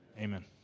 amen